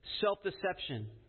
self-deception